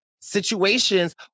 situations